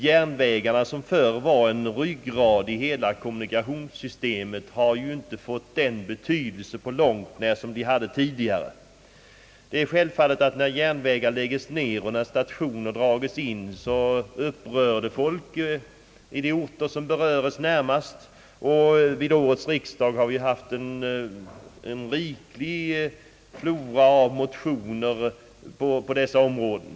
Järnvägarna, som förr var ryggraden i hela kommunikationssystemet, har numera inte på långt när samma betydelse som tidigare. Det är självfallet att när järnvägar läggs ned och stationer dras in upprör det folk i de orter som närmast drabbas av åtgärderna. Vid årets riksdag har vi en riklig flora av motioner på dessa områden.